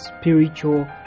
spiritual